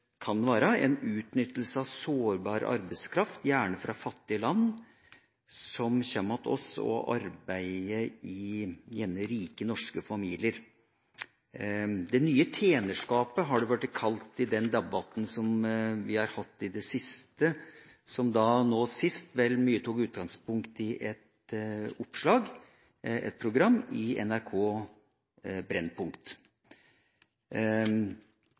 kan imidlertid aupairordninga være en utnytting av sårbar arbeidskraft, gjerne fra fattige land – mennesker som kommer til oss og arbeider i rike norske familier. Det nye tjenerskapet har det blitt kalt i debatten vi har hatt i det siste, og som sist tok utgangspunkt i et program i NRK Brennpunkt.